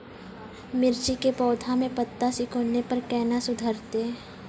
मिर्ची के पौघा मे पत्ता सिकुड़ने पर कैना सुधरतै?